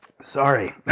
Sorry